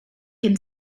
can